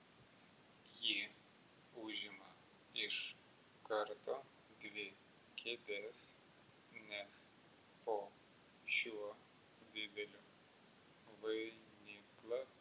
ji užima iš karto dvi kėdes nes po šiuo dideliu vainiklapiu matyti du taurėlapiai